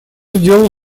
сделал